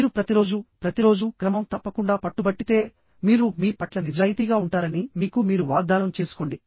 మీరు ప్రతిరోజూ ప్రతిరోజూ క్రమం తప్పకుండా పట్టుబట్టితే మీరు మీ పట్ల నిజాయితీగా ఉంటారని మీకు మీరు వాగ్దానం చేసుకోండి